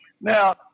Now